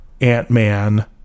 Ant-Man